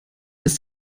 ist